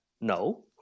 No